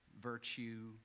virtue